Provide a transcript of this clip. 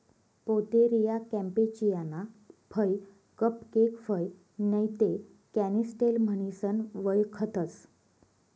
Pouteria campechiana फय cupcake फय नैते कॅनिस्टेल म्हणीसन वयखतंस